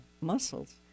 muscles